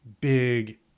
big